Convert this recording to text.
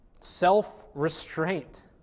Self-restraint